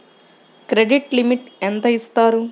Credit limit ఎంత ఇస్తారు?